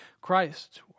Christ